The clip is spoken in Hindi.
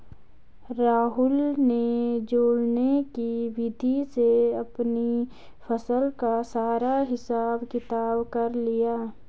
राहुल ने जोड़ने की विधि से अपनी फसल का सारा हिसाब किताब कर लिया